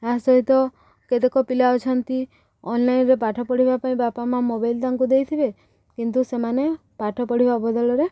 ତା' ସହିତ କେତେକ ପିଲା ଅଛନ୍ତି ଅନ୍ଲାଇନ୍ର ପାଠ ପଢ଼ିବା ପାଇଁ ବାପା ମାଆ ମୋବାଇଲ୍ ତାଙ୍କୁ ଦେଇଥିବେ କିନ୍ତୁ ସେମାନେ ପାଠ ପଢ଼ିବା ବଦଳରେ